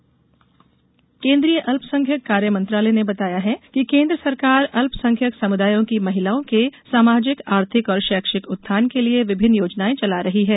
अल्पसंख्यक विकास फ्लेगशिप केन्द्रीय अल्पसंख्यक कार्य मंत्रालय ने बताया है कि केन्द्र सरकार अल्पसंख्यक समुदायों की महिलाओं के सामाजिक आर्थिक और शैक्षिक उत्थान के लिए विभिन्न योजनायें चला रही है